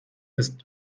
ist